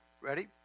ready